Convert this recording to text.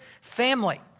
family